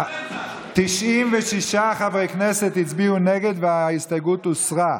96 חברי כנסת הצביעו נגד, וההסתייגות הוסרה.